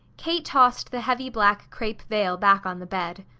kate tossed the heavy black crepe veil back on the bed.